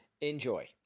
enjoy